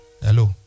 Hello